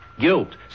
guilt